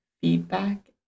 feedback